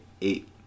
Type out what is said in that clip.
eight